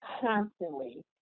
constantly